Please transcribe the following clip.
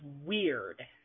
weird